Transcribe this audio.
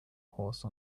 horse